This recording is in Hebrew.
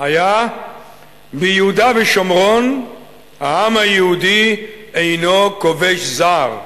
היה "ביהודה ושומרון העם היהודי אינו כובש זר.